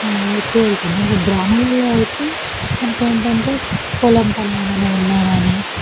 ఎక్కువ వెళ్తం ఇంకా గ్రామాలల్లో అయితే మనకి ఏంటంటే పొలం పనులు ఏమైనా ఉన్నా కానీ